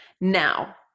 Now